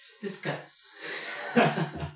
discuss